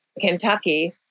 Kentucky